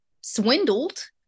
swindled